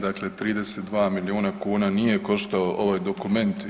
Dakle, 32 milijuna kuna nije koštao ovaj dokument.